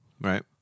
Right